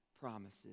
promises